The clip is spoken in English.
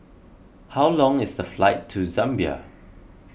how long is the flight to Zambia